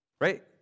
right